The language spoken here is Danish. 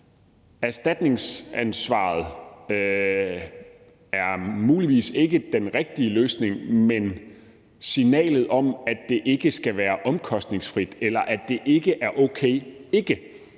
erstatningsansvaret muligvis ikke er den rigtige løsning, men signalet om, at det ikke skal være omkostningsfrit eller at det ikke er okay ikke